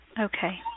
Okay